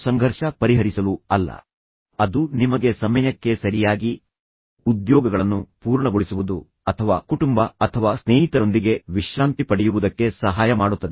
ನಂತರ ನಿಮ್ಮ ಒತ್ತಡವನ್ನು ಕಡಿಮೆ ಮಾಡಿಕೊಳ್ಳುವುದಲ್ಲ ಅದು ನಿಮ್ಮ ಬಗ್ಗೆ ಮತ್ತು ನಂತರ ಅದು ನಿಮಗೆ ಸಮಯಕ್ಕೆ ಸರಿಯಾಗಿ ಉದ್ಯೋಗಗಳನ್ನು ಪೂರ್ಣಗೊಳಿಸುವುದು ಮತ್ತು ಹೊಸ ಉದ್ಯೋಗಗಳಿಗೆ ಸಮಯವನ್ನು ಸೃಷ್ಟಿಸುವುದು ಅಥವಾ ಕುಟುಂಬ ಅಥವಾ ಸ್ನೇಹಿತರೊಂದಿಗೆ ವಿಶ್ರಾಂತಿ ಪಡೆಯುವುದಕ್ಕೆ ಸಹಾಯ ಮಾಡುತ್ತದೆ